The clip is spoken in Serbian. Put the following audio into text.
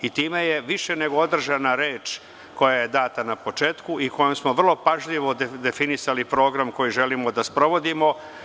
Time je više nego održana reč koja je data na početku i kojom smo vrlo pažljivo definisali program koji želimo da sprovodimo.